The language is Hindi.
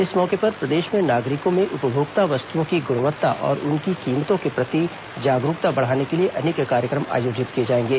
इस मौके पर प्रदेश में नागरिकों में उपभोक्ता वस्तुओं की गुणवत्ता और उनकी कीमतों के प्रति जागरूकता बढ़ाने के लिए अनेक कार्यक्रम आयोजित किए जाएंगे